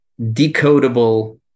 decodable